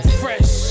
fresh